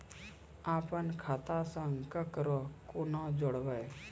अपन खाता संग ककरो कूना जोडवै?